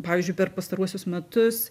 pavyzdžiui per pastaruosius metus